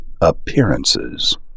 appearances